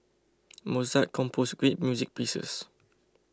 Mozart composed great music pieces